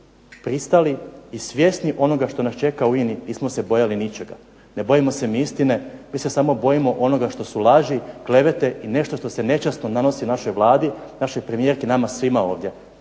pristali i svjesni onoga što nas čeka u INA-i, nismo se bojali ničega. Ne bojimo se ni istine. Mi se samo bojimo onoga što su laži, klevete i nešto što se nečasno nanosi našoj Vladi, našoj premijerki, nama svima ovdje.